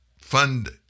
fund